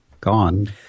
gone